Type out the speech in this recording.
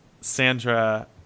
Sandra